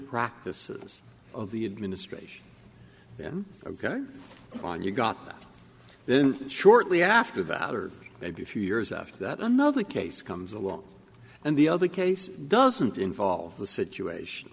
practices of the administration and ok on you've got that then shortly after that or maybe a few years after that another case comes along and the other case doesn't involve the situation